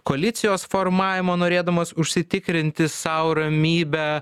koalicijos formavimą norėdamas užsitikrinti sau ramybę